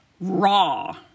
raw